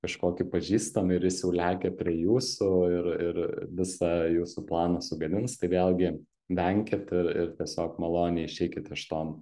kažkokį pažįstamą ir jis jau lekia prie jūsų ir ir visą jūsų planą sugadins tai vėlgi venkit ir ir tiesiog maloniai išeikit iš to